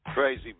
Crazy